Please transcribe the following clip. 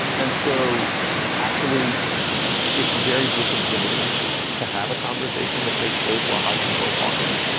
and so actually it's very disinhibited to have a conversation that takes place while hiking or walking.